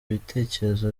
ibitekerezo